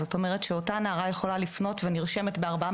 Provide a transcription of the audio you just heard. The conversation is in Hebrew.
זאת אומרת שאותה נערה יכולה לפנות ונרשמת בארבעה